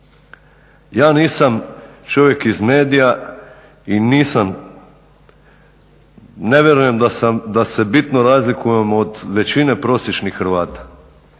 Ja nisam čovjek iz medija i nisam, ne vjerujem da se bitno razlikujem od većine prosječnih Hrvata,